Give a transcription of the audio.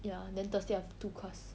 ya then thursday I have two class